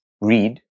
Read